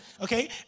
okay